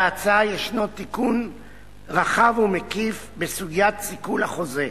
בהצעה ישנו תיקון רחב ומקיף בסוגיית סיכול החוזה.